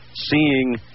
Seeing